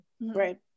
Right